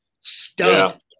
Stunned